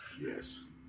Yes